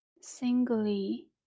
Singly